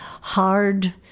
hard